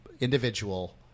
individual